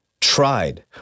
tried